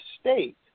state